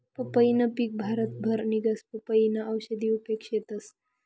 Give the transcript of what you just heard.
पंपईनं पिक भारतभर निंघस, पपयीना औषधी उपेग शेतस